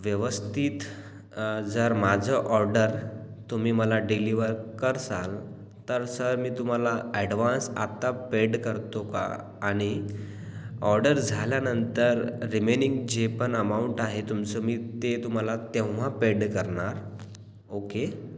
व्यवस्थित जर माझं ऑर्डर तुम्ही मला डिलीव्हर करसाल तर सर मी तुम्हाला अॅडव्हान्स आत्ता पेड करतो का आणि ऑर्डर झाल्यानंतर रिमेनिंग जे पण अमाऊंट आहे तुमचं मी ते तुम्हाला तेव्हा पेड करणार ओ के